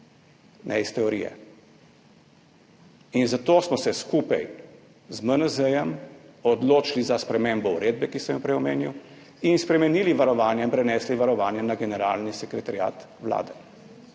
ne iz teorije. In zato smo se skupaj z MNZ odločili za spremembo uredbe, ki sem jo prej omenil, in spremenili varovanje in prenesli varovanje na Generalni sekretariat Vlade.